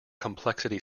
complexity